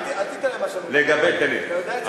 אל תיתן, אתה יודע את זה.